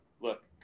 look